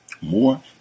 More